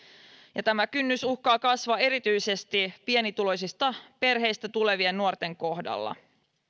ja tämä kynnys uhkaa kasvaa erityisesti pienituloisista perheistä tulevien nuorten kohdalla